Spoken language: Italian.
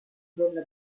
della